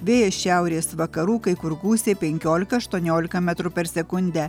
vėjas šiaurės vakarų kai kur gūsiai penkiolika aštuoniolika metrų per sekundę